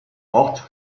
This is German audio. ort